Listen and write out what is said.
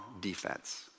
defense